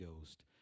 Ghost